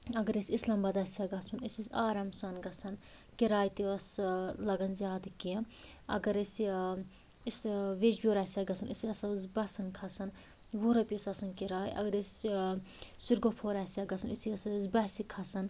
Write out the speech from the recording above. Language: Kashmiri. اگر اسہِ اِسلام آباد آسہِ ہا گَژھن أسۍ ٲسۍ آرام سان گژھان کِراے تہِ ٲسۍ ٲں لگان زیادٕ کیٚنٛہہ اگر أسۍ ٲں اسہِ ویٚجبیور آسہِ ہا گَژھن أسۍ حظ ٲسۍ بسَن کھسان وُہ رۄپیہِ ٲسۍ آسان کِراے اگر أسۍ ٲں سِرگۄفور آسہِ ہا گَژھن أسۍ حظ ٲسۍ بسہِ کھسان